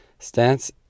Stance